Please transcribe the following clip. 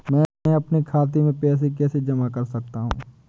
मैं अपने खाते में पैसे कैसे जमा कर सकता हूँ?